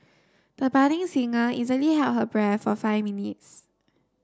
the budding singer easily held her breath for five minutes